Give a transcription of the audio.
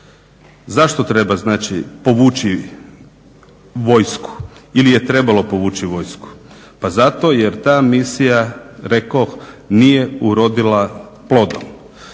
Zašto treba znači povući vojsku, ili je trebalo povući vojsku? Pa zato jer ta misija rekoh nije urodila plodom.